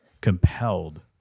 compelled